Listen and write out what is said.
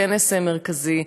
כנס מרכזי,